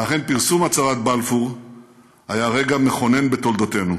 ואכן פרסום הצהרת בלפור היה רגע מכונן בתולדותינו.